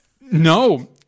no